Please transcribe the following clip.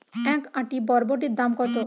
এক আঁটি বরবটির দাম কত?